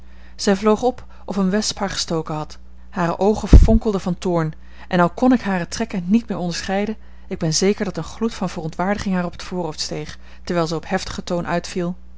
zij vloog op of eene wesp haar gestoken had hare oogen fonkelden van toorn en al kon ik hare trekken niet meer onderscheiden ik ben zeker dat een gloed van verontwaardiging haar op het voorhoofd steeg terwijl zij op heftigen toon uitviel